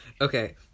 Okay